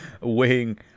weighing